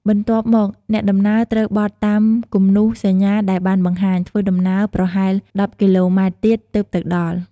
បន្ទាប់មកអ្នកដំណើរត្រូវបត់តាមគំនូសសញ្ញាដែលបានបង្ហាញ ធ្វើដំណើរប្រហែល១០គីឡូម៉ែត្រទៀតទើបទៅដល់។